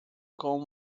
com